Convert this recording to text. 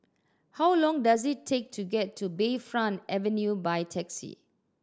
how long does it take to get to Bayfront Avenue by taxi